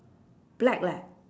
black leh